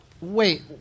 Wait